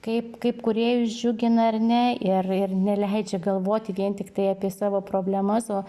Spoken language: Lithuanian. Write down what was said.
kaip kaip kūrėjus džiugina ar ne ir ir neleidžia galvoti vien tiktai apie savo problemas o